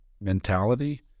mentality